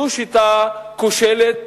זו שיטה כושלת.